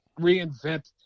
reinvent